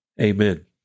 Amen